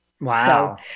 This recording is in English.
wow